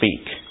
speak